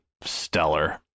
stellar